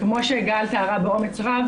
כמו שגל תיארה באומץ רב,